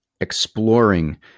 exploring